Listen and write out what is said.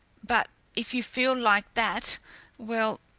but if you feel like that well,